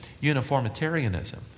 uniformitarianism